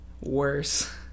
worse